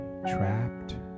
trapped